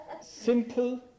simple